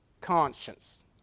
conscience